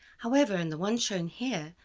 however, in the one shown here,